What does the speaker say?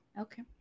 Okay